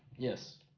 yes